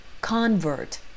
Convert